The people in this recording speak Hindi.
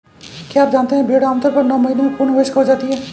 क्या आप जानते है भेड़ आमतौर पर नौ महीने में पूर्ण वयस्क हो जाती है?